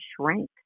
shrink